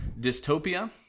Dystopia